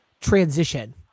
transition